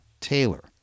Taylor